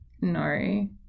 no